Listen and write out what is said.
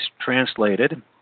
translated